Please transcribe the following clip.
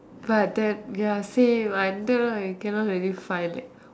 ah that ya same I wonder why you cannot really find it